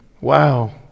Wow